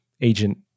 agent